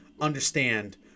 understand